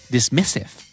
Dismissive